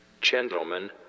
Gentlemen